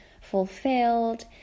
fulfilled